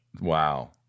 wow